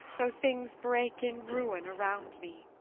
though things break in ruin around me.